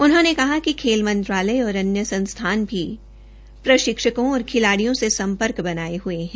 उन्होंने कहा कि खेल मंत्रालय और अन्य संस्थान भी प्रशिक्षकों और खिलाड़ियों से संपर्क बनाए हुए हैं